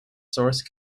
source